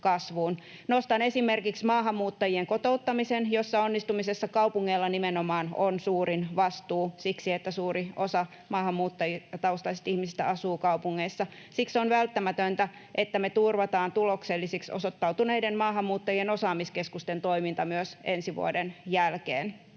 Nostan esimerkiksi maahanmuuttajien kotouttamisen, jossa onnistumisessa kaupungeilla nimenomaan on suurin vastuu siksi, että suuri osa maahanmuuttajataustaisista ihmisistä asuu kaupungeissa. Siksi on välttämätöntä, että me turvataan tuloksellisiksi osoittautuneiden maahanmuuttajien osaamiskeskusten toiminta myös ensi vuoden jälkeen.